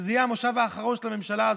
שזה יהיה המושב האחרון של הממשלה הזאת.